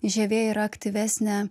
žievė yra aktyvesnė